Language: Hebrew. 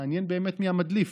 מעניין באמת מי המדליף,